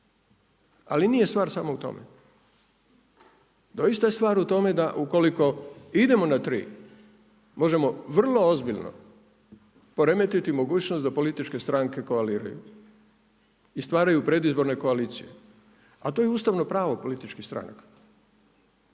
ali nije stvar samo u tome. Doista je stvar u tome da ukoliko idemo na tri možemo vrlo ozbiljno poremetiti mogućnost da političke stranke koaliraju i stvaraju predizborne koalicije, a to je ustavno pravo političkih stranaka